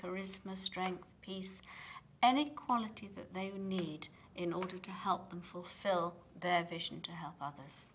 charisma strength peace and equality that they need in order to help them fulfill their vision to help others